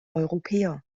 europäer